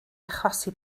achosi